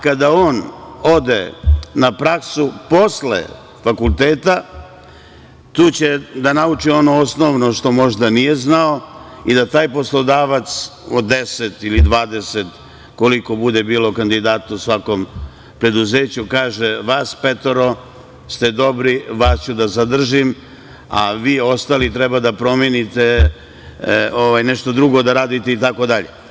Kada on ode na praksu posle fakulteta, tu će da nauči ono osnovno što možda nije znao i da taj poslodavac, od 10 ili 20 koliko bude bilo kandidata u svakom preduzeću, kaže – vas petoro ste dobri, vas ću da zadržim, a vi ostali treba nešto drugo da radite itd.